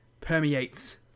permeates